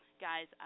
guys